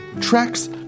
tracks